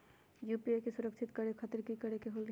UPI सुरक्षित करे खातिर कि करे के होलि?